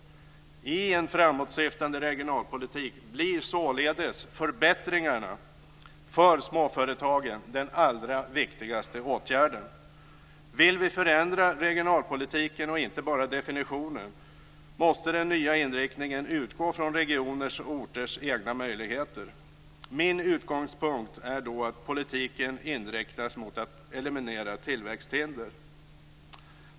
I en framåtsyftande regionalpolitik blir således förbättringarna för småföretagen den allra viktigaste åtgärden. Vill vi förändra regionalpolitiken och inte bara definitionen måste den nya inriktningen utgå från regioners och orters egna möjligheter. Min utgångspunkt är då att politiken inriktas mot att eliminera tillväxthinder.